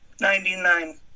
Ninety-nine